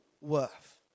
worth